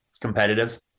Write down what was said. competitive